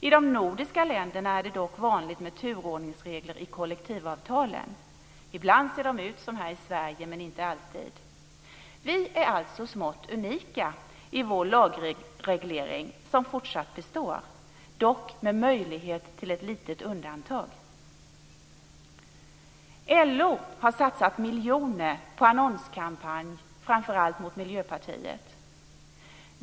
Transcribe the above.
I de nordiska länderna är det dock vanligt med turordningsregler i kollektivavtalen. Ibland ser de ut som i Sverige, men inte alltid. Vi är alltså smått unika i vår lagreglering som fortsatt består, dock med möjlighet till ett litet undantag. LO har satsat miljoner på en annonskampanj framför allt mot Miljöpartiet.